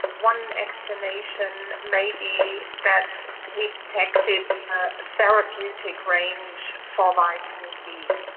one explanation may be that we tested a therapeutic range for vitamin d.